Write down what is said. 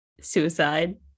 suicide